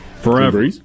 Forever